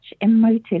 emotive